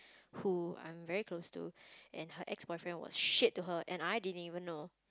who I'm very close to and her ex boyfriend was shit to her and I didn't even know